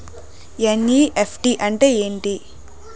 NEFT అంటే ఎంటి?